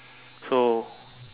so